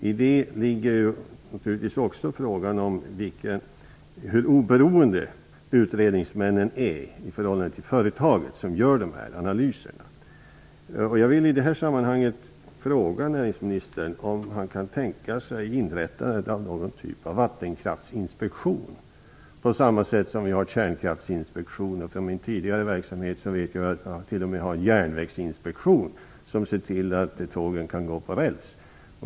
I det ligger givetvis också frågan om hur obeorende utredningsmännen är i förhållande till företaget som gör dessa analyser. Jag vill i detta sammanhang fråga näringsministern om han kan tänka sig att inrätta någon typ av vattenkraftsinspektion, på samma sätt som vi har en kärnkraftsinspektion. Från min tidigare verksamhet vet jag att det t.o.m. finns en järnvägsinspektion som ser till att tågen kan gå på räls.